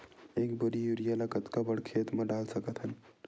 एक बोरी यूरिया ल कतका बड़ा खेत म डाल सकत हन?